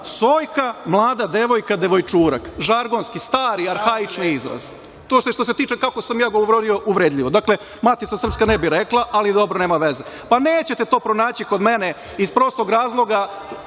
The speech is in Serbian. "sojka" - mlada devojka, devojčurak, žargonski, stari, arhaični izraz. Toliko o tome kako sam ja govorio uvredljivo. Dakle, Matica srpska ne bi rekla, ali dobro, nema veze. Nećete to pronaći kod mene iz prostog razloga